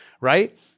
right